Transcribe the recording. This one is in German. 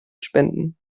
spenden